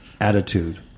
attitude